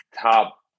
top